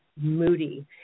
moody